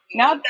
now